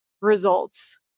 results